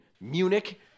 Munich